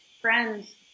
friends